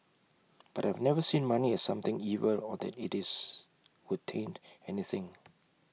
but I've never seen money as something evil or that IT is would taint anything